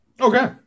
Okay